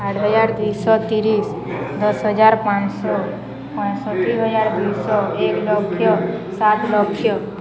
ଆଠ୍ହଜାର୍ ଦୁଇଶହ ତିରିଶ୍ ଦଶ୍ ହଜାର୍ ପାଁଶହ ପଇଁଷଠି ହଜାର୍ ଦୁଇଶହ ଏକ୍ ଲକ୍ଷ ସାତ୍ ଲକ୍ଷ